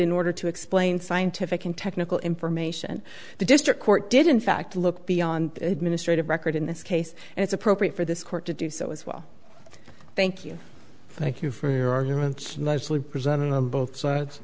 in order to explain scientific and technical information the district court did in fact look beyond administrative record in this case and it's appropriate for this court to do so as well thank you thank you for your arguments nicely presented on both sides